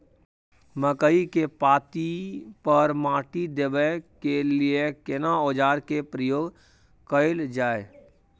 मकई के पाँति पर माटी देबै के लिए केना औजार के प्रयोग कैल जाय?